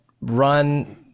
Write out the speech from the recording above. run